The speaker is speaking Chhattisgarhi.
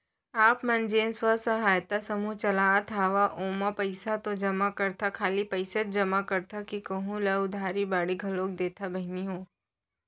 आप मन जेन स्व सहायता समूह चलात हंव ओमा पइसा तो जमा करथा खाली पइसेच जमा करथा कि कोहूँ ल उधारी बाड़ी घलोक देथा बहिनी हो?